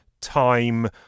time